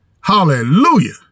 Hallelujah